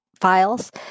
files